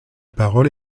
parole